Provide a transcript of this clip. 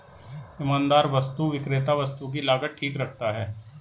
ईमानदार वस्तु विक्रेता वस्तु की लागत ठीक रखता है